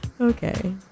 Okay